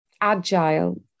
agile